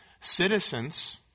Citizens